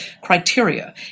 criteria